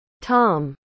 Tom